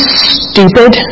stupid